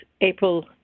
April